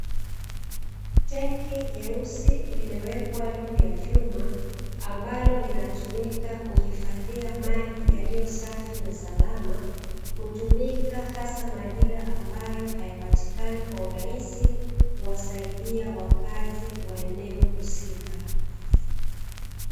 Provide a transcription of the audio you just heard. Tenki jeusi limewekwa juu ya vyuma, ambalo linatumika kuhifadhia maji yaliyo safi na salama, hutumika hasa majira ambayo hayapatikani kwa urahisi kuwasaidia wakazi wa eneo husika.